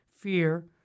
fear